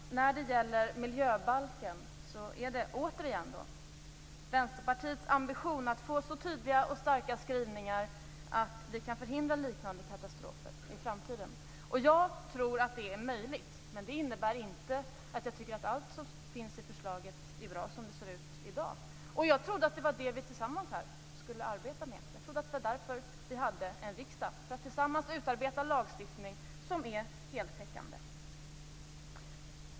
När det gäller miljöbalken är det återigen Vänsterpartiets ambition att få så tydliga och starka skrivningar att vi kan förhindra liknande katastrofer i framtiden. Jag tror att det är möjligt. Men det innebär inte att jag tycker att allt som finns i förslaget är bra som det ser ut i dag. Jag trodde också att det var det vi skulle arbeta med tillsammans här. Jag trodde att det var därför vi hade en riksdag - för att tillsammans utarbeta lagstiftning som är heltäckande.